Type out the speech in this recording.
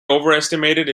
overestimated